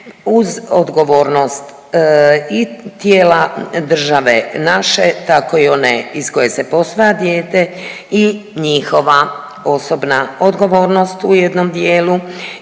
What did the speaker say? uz odgovornost i tijela države naše tako i one iz koje se posvaja dijete i njihova osobna odgovornost u jednom dijelu